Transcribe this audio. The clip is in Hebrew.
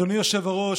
אדוני היושב-ראש,